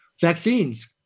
Vaccines